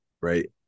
right